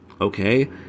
Okay